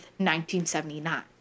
1979